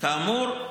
כאמור,